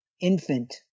infant